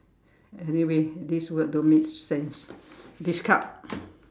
anyway this word don't make sense discard